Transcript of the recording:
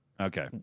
Okay